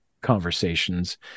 conversations